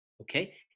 okay